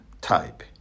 type